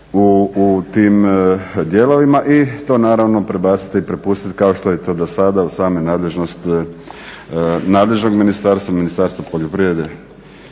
u tim dijelovima i to prebaciti i prepustiti kao što je to do sada u samoj nadležnosti nadležnog ministarstva, Ministarstva poljoprivrede